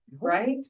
right